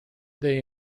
they